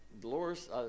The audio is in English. Dolores